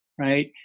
right